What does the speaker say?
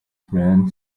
friend